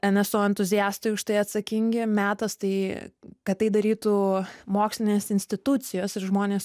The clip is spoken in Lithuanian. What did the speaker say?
nso entuziastai už tai atsakingi metas tai kad tai darytų mokslinės institucijos ir žmonės